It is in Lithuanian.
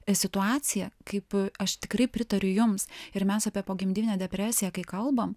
situacija kaip aš tikrai pritariu jums ir mes apie pogimdyminę depresiją kai kalbam